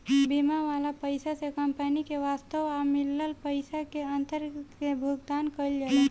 बीमा वाला पइसा से कंपनी के वास्तव आ मिलल पइसा के अंतर के भुगतान कईल जाला